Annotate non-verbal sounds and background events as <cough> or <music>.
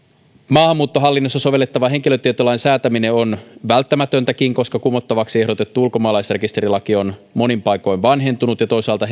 maahanmuuttohallinnossa sovellettavan henkilötietolain säätäminen on välttämätöntäkin koska kumottavaksi ehdotettu ulkomaalaisrekisterilaki on monin paikoin vanhentunut ja toisaalta <unintelligible>